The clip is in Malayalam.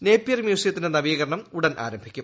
നേപ്പിയർ മ്യൂസിയത്തിന്റെ നവീകരണം ഉടൻ ആരംഭിക്കും